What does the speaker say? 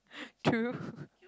true